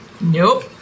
Nope